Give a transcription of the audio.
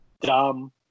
dumb